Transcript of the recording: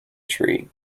tree